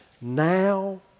now